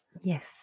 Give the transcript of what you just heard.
Yes